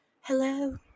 hello